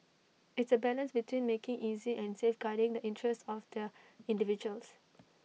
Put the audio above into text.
it's A balance between making easy and safeguarding the interests of the individuals